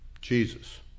Jesus